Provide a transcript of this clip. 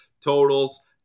totals